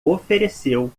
ofereceu